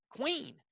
queen